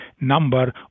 number